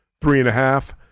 three-and-a-half